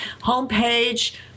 homepage